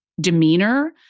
demeanor